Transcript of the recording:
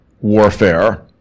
warfare